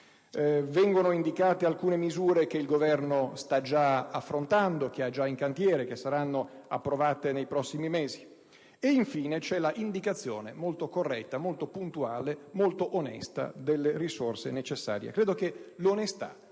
Vengono indicate alcune misure che il Governo sta già affrontando, che ha già in cantiere e che saranno approvate nei prossimi mesi. Infine, il DPEF contiene l'indicazione molto corretta, puntuale e onesta delle risorse necessarie. Credo che l'onestà